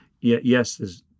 yes